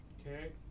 Okay